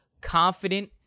confident